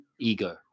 ego